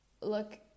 look